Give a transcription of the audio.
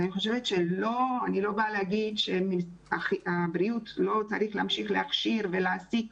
אני לא באה לומר שלא צריך להכשיר ולהעסיק